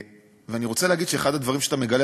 אני רוצה להגיד שאחד הדברים שאתה מגלה,